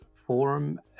Forum